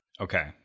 Okay